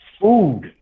food